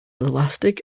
elastic